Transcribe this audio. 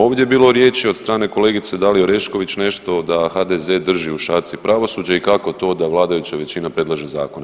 Ovdje je bilo riječi od strane kolegice Dalije Orešković nešto da HDZ drži u šaci pravosuđe i kako to da vladajuća većina predlaže zakone.